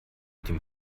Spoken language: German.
dem